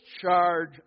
charge